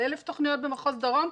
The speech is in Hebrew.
על 1,000 תוכניות במחוז דרום,